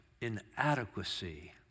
inadequacy